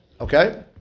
Okay